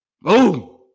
Boom